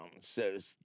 says